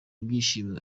ibyishimo